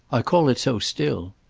i call it so still.